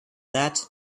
that